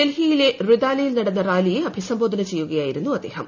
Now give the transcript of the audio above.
ഡൽഹിയിലെ റിതാലയിൽ നടന്ന റാലിയെ അഭിസംബോധന ചെയ്യുകയായിരുന്നു അദ്ദേഹം